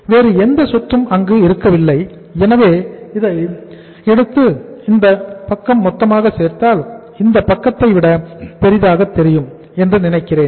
வேறு எந்த சொத்தும் அங்கு இருக்கவில்லை எனவே இதை எடுத்து இந்தப் பக்கம் மொத்தமாக சேர்த்தால் இந்த பக்கத்தை விட பெரிதாக தெரியும் என்று நினைக்கிறேன்